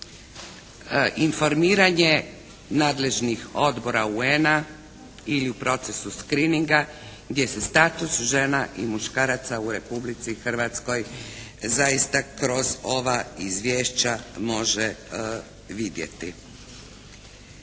informiranje nadležnih odbora UN-a ili u procesu «screeninga» gdje se status žena i muškaraca u Republici Hrvatskoj zaista kroz ova izvješća može vidjeti.